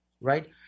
right